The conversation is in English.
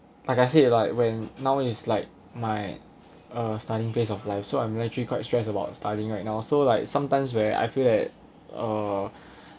like I said like when now is like my uh studying phase of life so I'm actually quite stressed about studying right now so like sometimes where I feel that uh